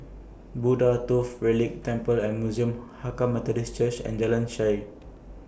Buddha Tooth Relic Temple and Museum Hakka Methodist Church and Jalan Shaer